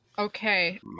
Okay